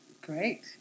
Great